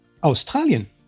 Australien